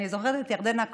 אני זוכרת את ירדנה,